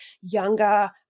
younger